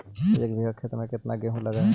एक बिघा खेत में केतना गेहूं लग है?